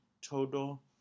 total